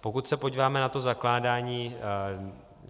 Pokud se podíváme na to zakládání